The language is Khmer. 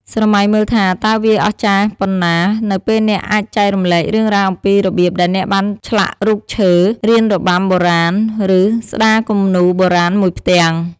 ស្រមៃមើលថាតើវាអស្ចារ្យប៉ុណ្ណា នៅពេលអ្នកអាចចែករំលែករឿងរ៉ាវអំពីរបៀបដែលអ្នកបានឆ្លាក់រូបឈើ រៀនរបាំបុរាណ ឬស្ដារគំនូរបុរាណមួយផ្ទាំង។